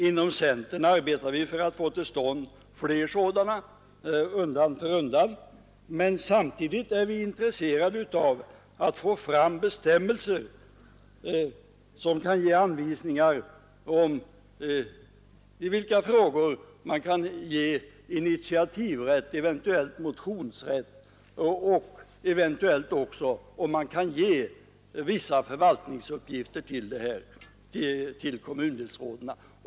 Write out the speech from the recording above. Inom centern arbetar vi för att få till stånd fler sådana undan för undan, men samtidigt är vi intresserade av att få fram anvisningar om i vilka frågor man kan ge initiativrätt, eventuellt motionsrätt, och om man kan ge vissa förvaltningsuppgifter till kommundelsråden.